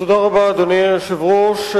תודה רבה, אדוני היושב-ראש.